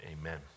amen